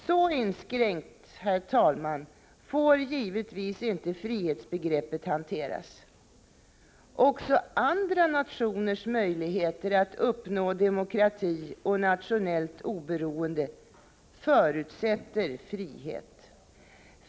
Så inskränkt, herr talman, får givetvis inte frihetsbegreppet hanteras. Också andra nationers möjligheter att uppnå demokrati och nationellt oberoende förutsätter frihet.